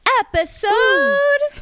episode